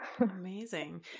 Amazing